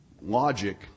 logic